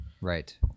Right